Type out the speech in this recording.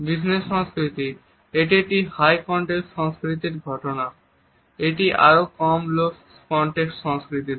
business সংস্কৃতি এটি একটি হাই কন্টেক্সট সংস্কৃতির ঘটনা এটি আরও কম লো কন্টেক্সট সংস্কৃতিতে